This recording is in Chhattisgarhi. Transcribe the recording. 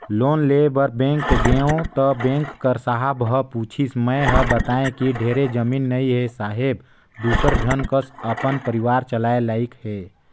लोन लेय बर बेंक गेंव त बेंक कर साहब ह पूछिस मै हर बतायें कि ढेरे जमीन नइ हे साहेब दूसर झन कस अपन परिवार चलाय लाइक हे